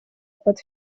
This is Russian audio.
под